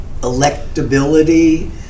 electability